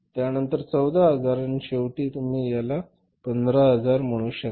त्यानंतर 14000 आणि शेवटी तुम्ही याला 15000 म्हणू शकता